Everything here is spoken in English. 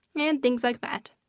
and things like that,